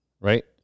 right